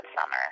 summer